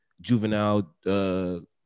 juvenile